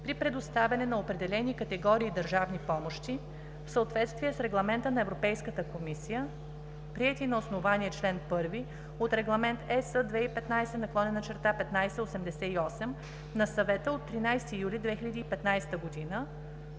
при предоставяне на определени категории държавни помощи в съответствие с регламенти на Европейската комисия, приети на основание чл. 1 от Регламент (ЕС) 2015/1588 на Съвета от 13 юли 2015 г.